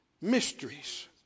Mysteries